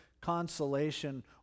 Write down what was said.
consolation